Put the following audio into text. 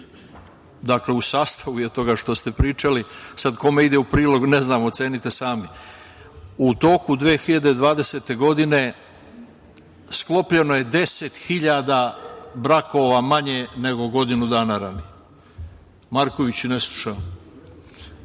dakle sastavu je toga što ste pričali, sad kome ide u prilog ne znam, ocenite sami.U toku 2020. godine sklopljeno je 10.000 brakova manje nego godinu dana ranije. Markoviću ne slušaj.